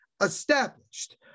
established